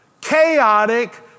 chaotic